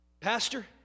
Pastor